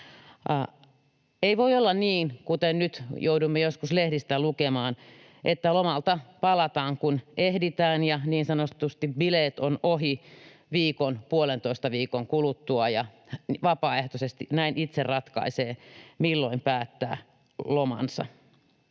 Ei voi olla niin, kuten nyt joudumme joskus lehdistä lukemaan, että lomalta palataan, kun ehditään, ja niin sanotusti ”bileet on ohi” viikon, puolentoista viikon kuluttua, ja vapaaehtoisesti näin itse ratkaisee, milloin päättää lomansa.